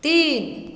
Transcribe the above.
तीन